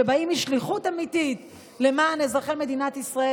שבאים עם שליחות אמיתית למען אזרחי מדינת ישראל